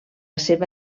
seva